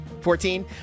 Fourteen